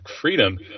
freedom